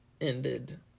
ended